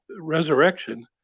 resurrection